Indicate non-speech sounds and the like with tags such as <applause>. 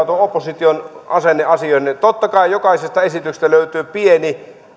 <unintelligible> tuo opposition asenne asioihin on hieman ihmeteltävä totta kai jokaisesta esityksestä löytyy pieni